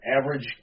average